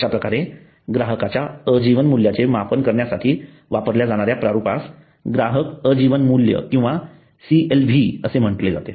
अश्या प्रकारे ग्राहकांच्या अजीवन मूल्यांचे मापन करण्यासाठी वापरले जाणाऱ्या या प्रारूपास ग्राहक आजीवन मूल्य किंवा CLV असे म्हटले जाते